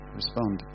respond